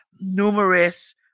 numerous